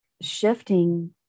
shifting